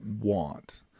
want